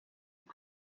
isi